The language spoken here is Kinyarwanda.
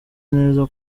neza